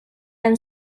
and